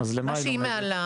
אז למה היא לומדת?